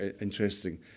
interesting